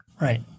Right